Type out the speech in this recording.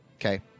okay